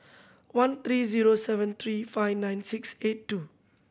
one three zero seven three five nine six eight two